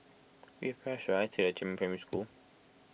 which bus should I take to Jiemin Primary School